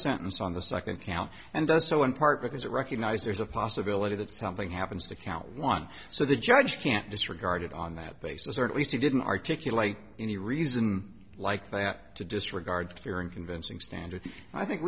sentence on the second count and does so in part because it recognize there's a possibility that something happens to count one so the judge can't disregard it on that basis or at least he didn't articulate any reason like that to disregard curing convincing standard i think